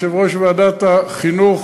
יושב-ראש ועדת החינוך,